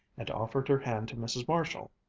and offered her hand to mrs. marshall.